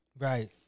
right